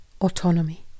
Autonomy